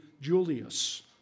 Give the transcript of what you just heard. Julius